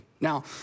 Now